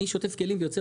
אני שוטף כלים ויוצא,